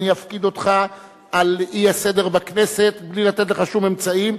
אני אפקיד אותך על האי-סדר בכנסת בלי לתת לך שום אמצעים,